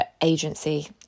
agency